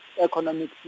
economic